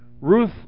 Ruth